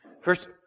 First